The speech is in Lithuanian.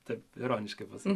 taip ironiškai pasakiau